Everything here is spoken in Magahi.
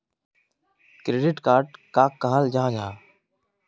क्रेडिट कार्ड कहाक कहाल जाहा जाहा?